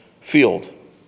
field